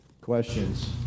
Questions